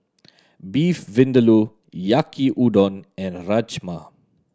Beef Vindaloo Yaki Udon and Rajma